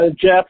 Jeff